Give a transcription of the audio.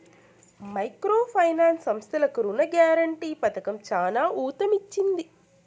micro finance సంస్థలకు రుణ guarantee పథకం చానా ఊతమిచ్చింది